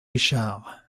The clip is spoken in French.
richard